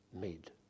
made